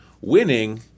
winning